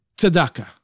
tzedakah